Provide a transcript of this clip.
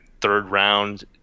third-round